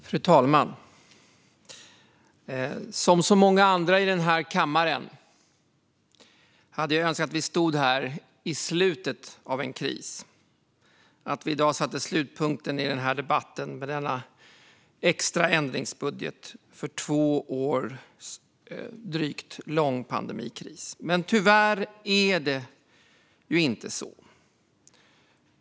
Fru talman! Som så många andra i den här kammaren hade jag önskat att vi stod här i slutet av en kris, att vi i dag med debatten om denna extra ändringsbudget satte slutpunkten för en drygt två år lång pandemikris. Men tyvärr är det inte så.